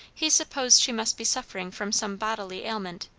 he supposed she must be suffering from some bodily ailment,